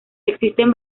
existen